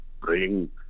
bring